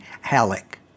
Halleck